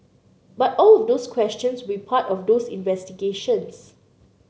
but all of those questions will part of those investigations